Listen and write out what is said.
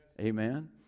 Amen